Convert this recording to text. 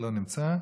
לא נמצא.